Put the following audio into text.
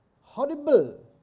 horrible